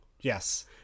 yes